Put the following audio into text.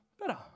better